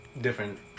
different